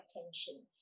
attention